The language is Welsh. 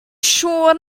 siŵr